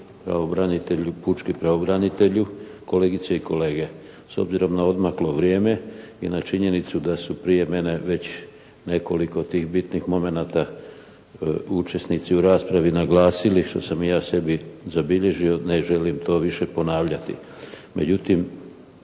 predsjedniče, pučki pravobranitelju, kolegice i kolege. S obzirom na odmaklo vrijeme i na činjenicu da su prije mene već nekoliko tih bitnih momenata učesnici u raspravi naglasili što sam i ja sebi zabilježio, ne želim to više ponavljati.